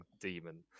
demon